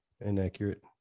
inaccurate